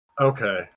Okay